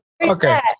okay